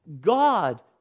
God